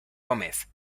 gómez